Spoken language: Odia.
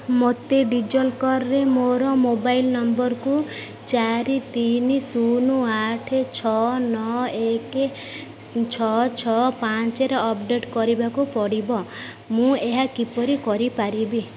ମୋତେ ଡି ଜି ଲକର୍ରେ ମୋର ମୋବାଇଲ ନମ୍ବରକୁ ଚାରି ତିନି ଶୂନ ଆଠ ଛଅ ନଅ ଏକ ଛଅ ଛଅ ପାଞ୍ଚେରେ ଅପଡ଼େଟ୍ କରିବାକୁ ପଡ଼ିବ ମୁଁ ଏହା କିପରି କରିପାରିବି